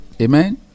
Amen